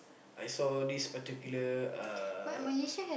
I saw this particular uh